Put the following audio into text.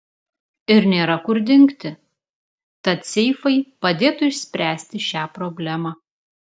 ir nėra kur dingti tad seifai padėtų išspręsti šią problemą